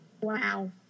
Wow